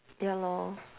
ya lor